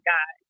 God